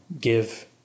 give